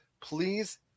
please